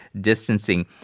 distancing